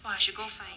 !wah! I should go find